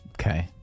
okay